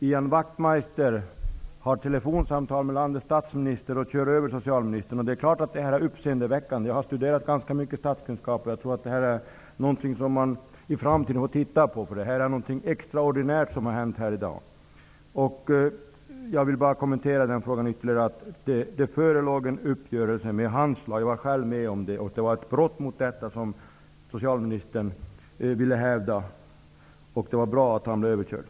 Ian Wachtmeister har haft ett telefonsamtal med landets statsminister och har kört över socialministern. Det är klart att det är uppseendeväckande. Jag har studerat ganska mycket statskunskap. Jag tror att det är något som man i framtiden får se över. Det är något extraordinärt som har hänt i dag. Jag vill bara ytterligare kommentera att det förelåg en uppgörelse med handslag. Jag var själv med om det. Det var ett brott mot den uppgörelsen som socialministern ville hävda. Det var bra att han blev överkörd.